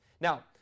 Now